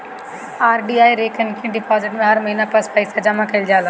RD या recurring deposit में हर महिना पअ पईसा जमा कईल जाला